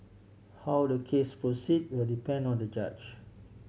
how the case proceed will depend on the judge